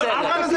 בסדר.